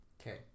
Okay